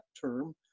term